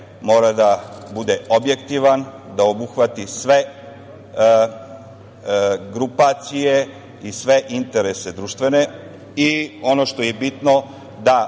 mora da bude objektivan, da obuhvati sve grupacije i sve interese društvene i, ono što je bitno, da